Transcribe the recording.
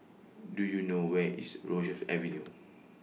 Do YOU know Where IS Rosyth Avenue